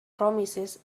promises